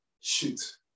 shoot